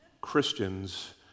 Christians